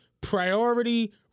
Priority